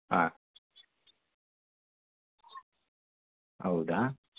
ಹಾಂ ಹೌದಾ